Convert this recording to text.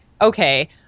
okay